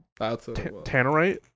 tannerite